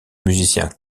musicien